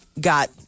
got